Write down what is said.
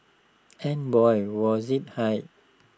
and boy was IT high